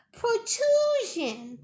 protrusion